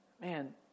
Man